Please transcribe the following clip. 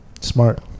Smart